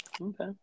Okay